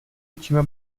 očima